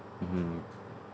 mmhmm